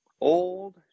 old